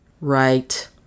Right